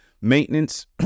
maintenance